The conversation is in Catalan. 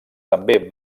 també